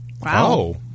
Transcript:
Wow